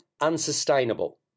unsustainable